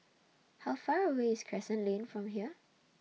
How Far away IS Crescent Lane from here